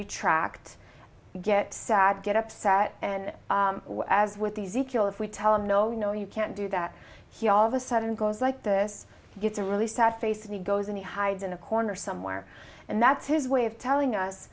retract get sad get upset and as with easy kill if we tell him no no you can't do that he all of a sudden goes like this gives a really sad face and he goes and he hides in a corner somewhere and that's his way of telling us